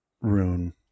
rune